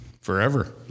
forever